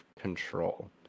control